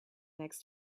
next